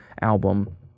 album